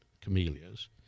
camellias